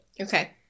Okay